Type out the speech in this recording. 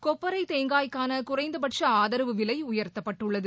கொப்பரை தேங்காய்கான குறைந்தபட்ச ஆதரவு விலை உயர்த்தப்பட்டுள்ளது